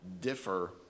differ